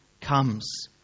comes